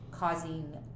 Causing